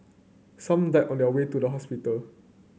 some died on their way to the hospital